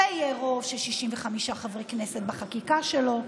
שיהיה רוב של 65 חברי כנסת בחקיקה שלו,